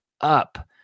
up